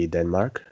Denmark